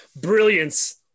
brilliance